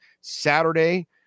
Saturday